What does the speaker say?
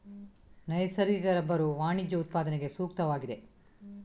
ನೈಸರ್ಗಿಕ ರಬ್ಬರು ವಾಣಿಜ್ಯ ಉತ್ಪಾದನೆಗೆ ಸೂಕ್ತವಾಗಿದೆ